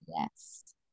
yes